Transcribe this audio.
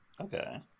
Okay